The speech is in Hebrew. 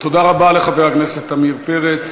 תודה רבה לחבר הכנסת עמיר פרץ.